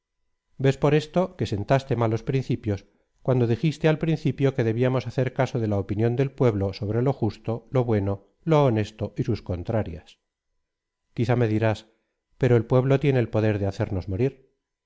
ves por esto que sentaste malos principios cuando dijiste al principio que debíamos hacer caso de la opinión del pueblo sobre lo justo lo bueno lo honesto y sus contrarias quizá me dirás pero el pueblo tiene el poder de hacemos morir